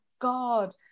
God